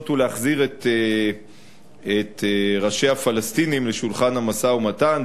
ולהחזיר את ראשי הפלסטינים לשולחן המשא-ומתן,